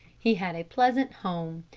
he had a pleasant home.